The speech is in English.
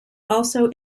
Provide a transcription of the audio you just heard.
also